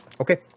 Okay